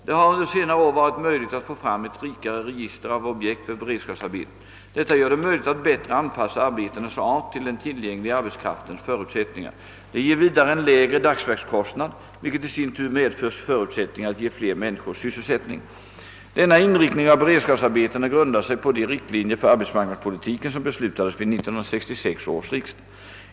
Det har under senare år varit möjligt att få fram ett rikare register av objekt för beredskapsarbeten. Detta gör det möjligt att bättre anpassa arbetenas art till den tillgängliga arbetskraftens förutsättningar. Det ger vidare en lägre dagsverkskostnad, vilket 1 sin tur medför förutsättningar att ge fler människor sysselsättning. Denna inriktning av beredskapsarbetena grundar sig på de riktlinjer för arbetsmarknadspolitiken som beslutades vid 1966 års riksdag.